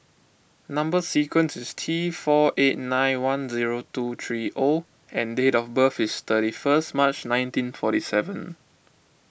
Number Sequence is T four eight nine one zero two three O and date of birth is thirty first March nineteen forty seven